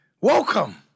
welcome